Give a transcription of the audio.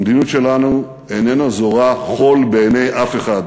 המדיניות שלנו איננה זורה חול בעיני אף אחד,